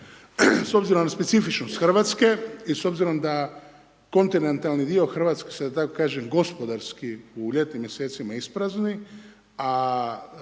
s obzirom na specifičnost Hrvatske i s obzirom da kontinentalni dio Hrvatske se da tako kažem, gospodarski u ljetnim mjeseci a onaj